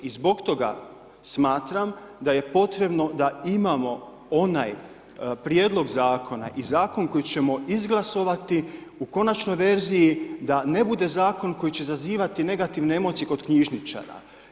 I zbog toga smatram da je potrebno da imamo onaj prijedlog zakona i zakon koji ćemo izglasovati u konačnoj verziji da ne bude zakon koji će zazivati negativne emocije kod knjižničara.